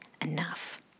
enough